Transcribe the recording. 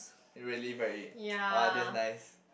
really very oh that's nice